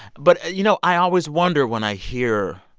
but, you know, i always wonder when i hear